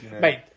Mate